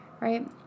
right